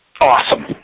Awesome